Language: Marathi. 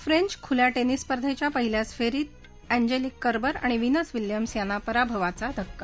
फ्रेंच खुल्या श्रीस स्पर्धेच्या पहिल्याच फेरीत अँजेलिक कर्बर आणि विनस विलियम्स यांना पराभवाचा धक्का